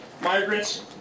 migrants